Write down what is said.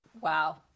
Wow